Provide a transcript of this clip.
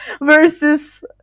versus